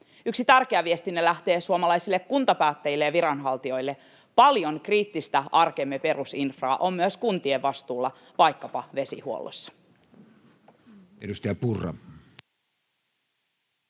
Yksi tärkeä viestimme lähtee suomalaisille kuntapäättäjille ja viranhaltijoille. Paljon kriittistä arkemme perusinfraa on myös kuntien vastuulla vaikkapa vesihuollossa.